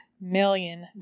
million